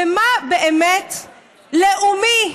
ומה באמת לאומי,